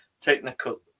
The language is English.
technical